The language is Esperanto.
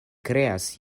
kreas